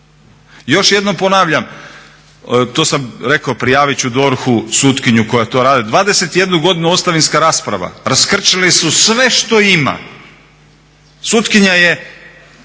Još jednom ponavljam, rekao sam da ću to prijaviti DORH-u sutkinju koja to radi, 21 godinu ostavinska rasprava. Raskrčili su sve što ima, sutkinja em